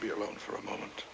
be alone for a moment